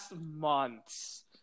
months